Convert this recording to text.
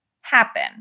happen